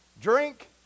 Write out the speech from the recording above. drink